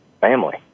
family